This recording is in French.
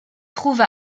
trouve